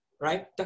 right